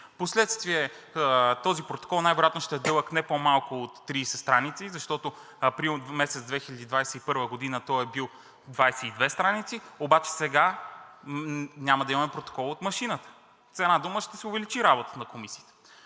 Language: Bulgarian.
впоследствие този протокол най-вероятно ще е дълъг не по-малко от 30 страници. Защото април месец 2021 г. той е бил 22 страници, обаче сега няма да имаме протокол от машината. С една дума, ще се увеличи работата на комисиите.